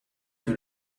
que